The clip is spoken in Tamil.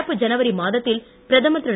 நடப்பு ஜனவரி மாதத்தில் பிரதமர் திரு